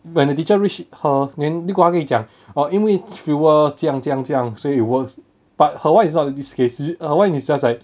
when the teacher reach her name 如果她跟你讲 oh 因为 fuel 这样这样这样 say it works but her [one] is not this case her [one] is just like